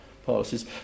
policies